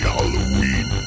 Halloween